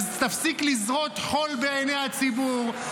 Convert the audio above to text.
תפסיק לזרות חול בעיני הציבור.